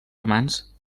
romans